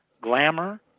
Glamour